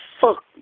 fuck